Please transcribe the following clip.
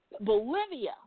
Bolivia